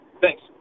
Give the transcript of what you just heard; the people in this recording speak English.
Thanks